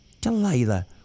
Delilah